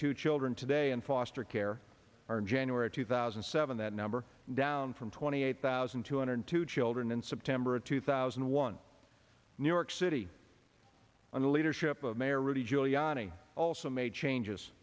two children today in foster care are in january two thousand and seven that number down from twenty eight thousand two hundred two children in september two thousand and one new york city on the leadership of mayor rudy giuliani also made changes